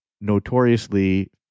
notoriously